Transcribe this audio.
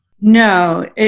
No